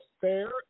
FAIR